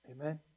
Amen